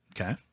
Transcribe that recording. Okay